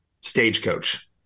Stagecoach